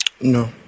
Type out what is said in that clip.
no